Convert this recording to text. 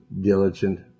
diligent